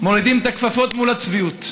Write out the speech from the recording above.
מורידים את הכפפות מול הצביעות.